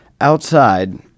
outside